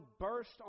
burst